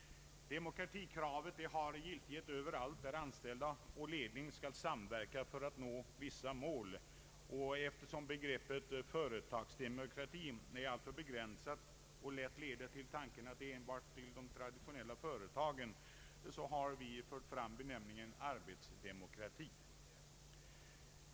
Demokratikravet har giltighet överallt där anställda och ledning skall samverka för att nå vissa mål. Eftersom begreppet företagsdemokrati är alltför begränsat och lätt leder tanken enbart till de traditionella företagen har vi fört fram benämningen <arbetsdemokrati.